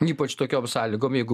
ypač tokiom sąlygom jeigu